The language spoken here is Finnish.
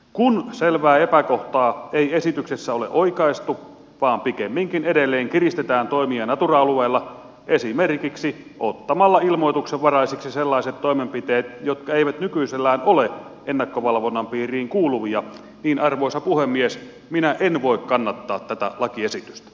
kun selvää epäkohtaa ei esityksessä ole oikaistu vaan pikemminkin edelleen kiristetään toimia natura alueilla esimerkiksi ottamalla ilmoituksenvaraisiksi sellaiset toimenpiteet jotka eivät nykyisellään ole ennakkovalvonnan piiriin kuuluvia niin arvoisa puhemies minä en voi kannattaa tätä lakiesitystä